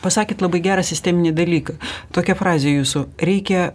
pasakėt labai gerą sisteminį dalyką tokia frazė jūsų reikia